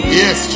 yes